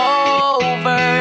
over